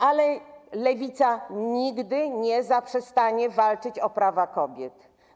Ale Lewica nigdy nie zaprzestanie walczyć o prawa kobiet.